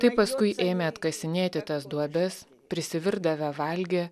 tai paskui ėmė atkasinėti tas duobes prisivirdavę valgė